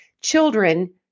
children